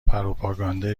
پروپاگانده